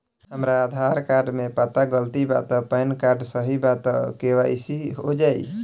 हमरा आधार कार्ड मे पता गलती बा त पैन कार्ड सही बा त के.वाइ.सी हो जायी?